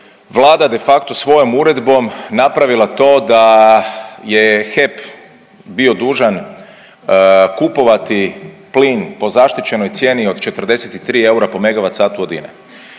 Vlada de facto svojom uredbom napravila to da je HEP bio dužan kupovati plin po zaštićenoj cijeni od 43 eura po Megavatsatu od